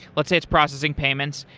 let's say it's processing payments,